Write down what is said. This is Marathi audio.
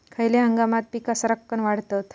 खयल्या हंगामात पीका सरक्कान वाढतत?